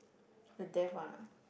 the death one ah